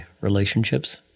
relationships